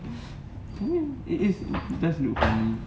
it is there's loop thing